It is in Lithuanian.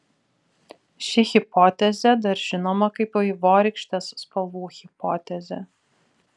ši hipotezė dar žinoma kaip vaivorykštės spalvų hipotezė